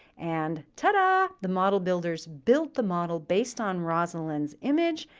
and, ta da, the model builders built the model based on rosalind's image,